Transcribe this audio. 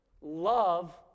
love